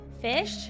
Fish